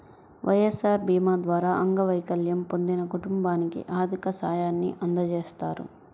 వైఎస్ఆర్ భీమా ద్వారా అంగవైకల్యం పొందిన కుటుంబానికి ఆర్థిక సాయాన్ని అందజేస్తారు